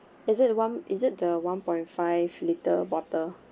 is it one is it the one point five litre bottle